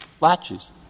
latches